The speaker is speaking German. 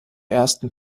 ersten